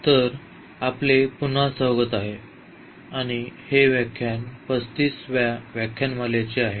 तर आपले पुन्हा स्वागत आहे आणि हे व्याख्यान 35 व्या व्याख्यानमालेचे आहे